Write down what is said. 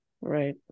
Right